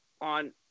on